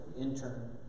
intern